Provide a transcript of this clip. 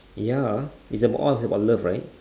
ya it's about all is about love right